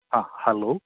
ഹാ ഹലോ